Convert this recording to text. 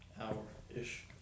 Hour-ish